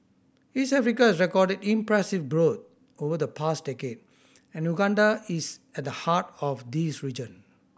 East Africa has recorded impressive growth over the past decade and Uganda is at the heart of this region